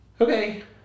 Okay